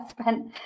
spent